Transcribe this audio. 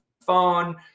phone